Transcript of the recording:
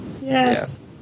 Yes